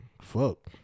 fuck